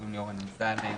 קוראים לי אורן אמסלם.